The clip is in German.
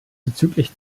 bezüglich